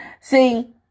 See